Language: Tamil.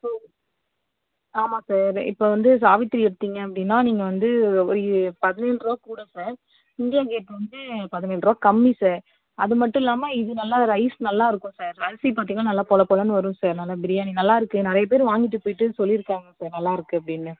ம் ஆமாம் சார் இப்போ வந்து சாவித்ரி எடுத்தீங்க அப்படினா நீங்கள் வந்து ஒரு பதினேழு ரூபா கூட சார் இந்தியா கேட் வந்து பதினேழ் ரூபா கம்மி சார் அது மட்டும் இல்லாமல் இது நல்ல ரைஸ் நல்லாயிருக்கும் சார் அரிசி போட்டிங்கனால் நல்ல பொலபொலனு வரும் சார் நல்ல பிரியாணி நல்லாயிருக்கு நிறைய பேர் வாங்கிட்டு போயிட்டு சொல்லியிருக்காங்க சார் நல்லாயிருக்கு அப்படினு